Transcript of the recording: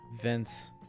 vince